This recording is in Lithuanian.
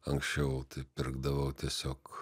anksčiau pirkdavau tiesiog